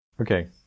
Okay